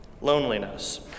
loneliness